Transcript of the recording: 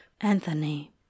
Anthony